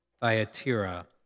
Thyatira